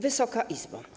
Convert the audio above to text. Wysoka Izbo!